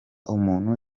umuntu